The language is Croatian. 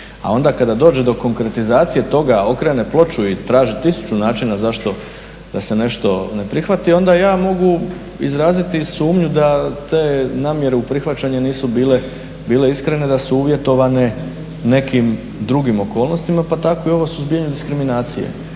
a onda kada dođe do konkretizacije toga okrene ploču i traži 1000 načina zašto da se nešto ne prihvati onda ja mogu izraziti sumnju da te namjere u prihvaćanje nisu bile iskrene, da su uvjetovane nekim drugim okolnostima pa tako i ovo o suzbijanju diskriminacije.